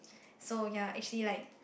so ya actually like